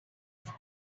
they